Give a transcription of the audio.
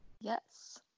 Yes